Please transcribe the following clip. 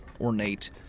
ornate